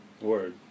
Word